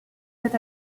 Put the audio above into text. cet